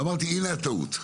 ואמרתי הינה הטעות.